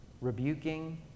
rebuking